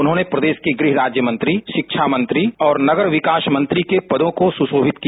उन्होंने प्रदेश के गृह राज्य मंत्री शिक्षा मंत्री और नगर विकास मंत्री के पदों को भी सुशोभित किया